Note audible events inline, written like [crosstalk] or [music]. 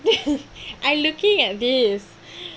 [laughs] I looking at this